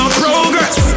progress